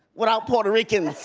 without puerto ricans!